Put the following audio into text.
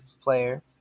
player